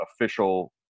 official –